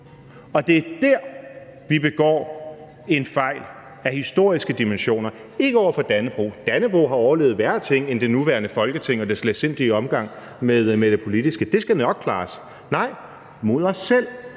og det er der, vi begår en fejl af historiske dimensioner, ikke over for Dannebrog – Dannebrog har overlevet værre ting end det nuværende Folketing og dets letsindige omgang med det politiske; det skal nok klares – nej, mod os selv,